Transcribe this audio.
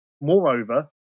Moreover